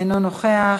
אינו נוכח.